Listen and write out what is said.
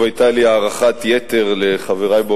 פקיעת כהונתם של סגני שרים,